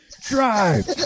drive